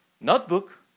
Notebook